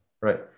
right